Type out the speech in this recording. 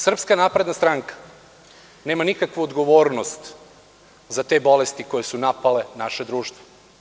Srpska napredna stranka nema nikakvu odgovornost za te bolesti koje su napale naše društvo.